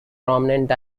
prominent